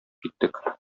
киттек